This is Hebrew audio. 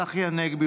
צחי הנגבי,